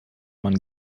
mann